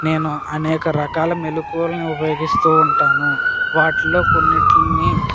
నేను అనేక రకాల మెలుకువలని ఉపయోగిస్తూ ఉంటాను వాటిలో కొన్నిట్లని